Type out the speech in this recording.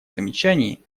замечаний